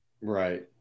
Right